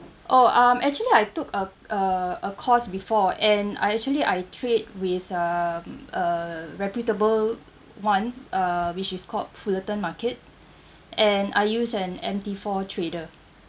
oh um actually I took a uh a course before and I actually I trade with um a reputable one uh which is called fullerton market and I use an M_T four trader